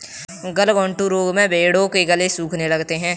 गलघोंटू रोग में भेंड़ों के गले सूखने लगते हैं